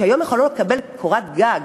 שהיום יכול לקבל קורת גג